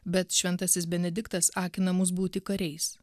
bet šventasis benediktas akina mus būti kariais